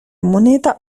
moneta